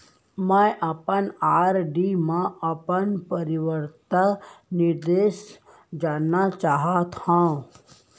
मै अपन आर.डी मा अपन परिपक्वता निर्देश जानना चाहात हव